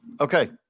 okay